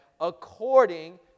according